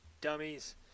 dummies